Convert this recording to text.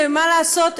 שמה לעשות?